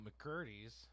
McCurdy's